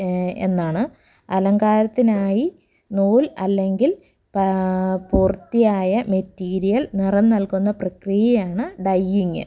എന്നാണ് അലങ്കാരത്തിനായി നൂൽ അല്ലെങ്കിൽ പ പൂർത്തിയായ മെറ്റീരിയൽ നിറം നൽകുന്ന പ്രക്രിയയാണ് ഡയ്യിങ്ങ്